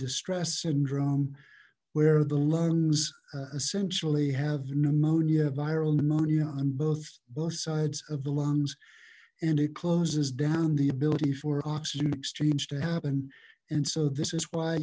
distress syndrome where the lungs essentially have pneumonia viral pneumonia on both both sides of the lungs and it closes down the ability for oxygen exchange to happen and so this is why